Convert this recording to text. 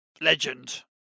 legend